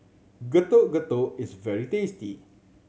Getuk Getuk is very tasty